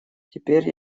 теперь